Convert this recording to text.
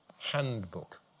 handbook